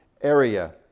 area